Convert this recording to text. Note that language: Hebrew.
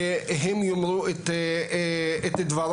שהם יאמרו את דברם,